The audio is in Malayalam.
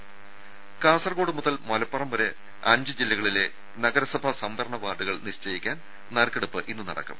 രുമ കാസർകോഡ് മുതൽ മലപ്പുറം വരെ അഞ്ച് ജില്ലകളിലെ നഗരസഭാ സംവരണ വാർഡുകൾ നിശ്ചയിക്കാൻ നറുക്കെടുപ്പ് ഇന്ന് നടക്കും